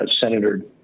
Senator